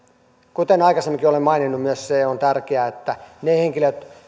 kuten aikaisemminkin olen maininnut myös se on tärkeää että